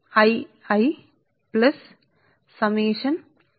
L1 L11 minus M12 కు సమానం